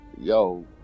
yo